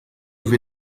wie